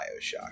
bioshock